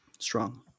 Strong